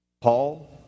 Paul